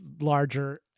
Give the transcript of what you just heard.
larger